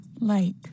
Light